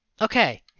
Okay